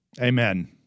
Amen